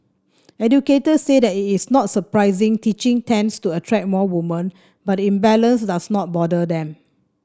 educators said that it is not surprising teaching tends to attract more women but the imbalance does not bother them